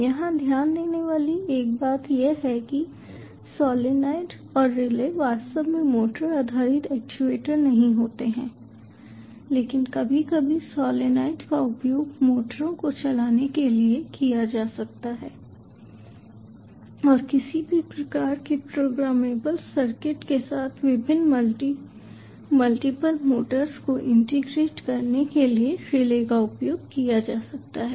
यहां ध्यान देने वाली एक बात यह है कि सोलनॉइड और रिले वास्तव में मोटर आधारित एक्चुएटर नहीं होते हैं लेकिन कभी कभी सोलनॉइड का उपयोग मोटरों को चलाने के लिए किया जा सकता है और किसी भी प्रकार के प्रोग्रामेबल सर्किट के साथ विभिन्न मल्टीपल मोटर्स को इंटीग्रेट करने के लिए रिले का उपयोग किया जा सकता है